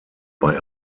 bei